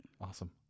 Awesome